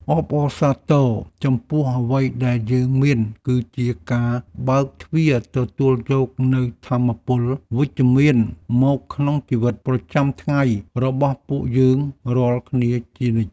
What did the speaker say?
ការអបអរសាទរចំពោះអ្វីដែលយើងមានគឺជាការបើកទ្វារទទួលយកនូវថាមពលវិជ្ជមានមកក្នុងជីវិតប្រចាំថ្ងៃរបស់ពួកយើងរាល់គ្នាជានិច្ច។